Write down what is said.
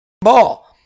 ball